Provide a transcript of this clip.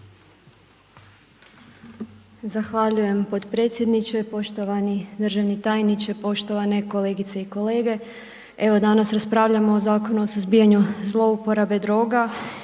Zahvaljujem potpredsjedniče, poštovani državni tajniče, poštovane kolegice i kolege. Evo danas raspravljamo o Zakonu o suzbijanju zlouporabe droga